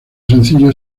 sencillo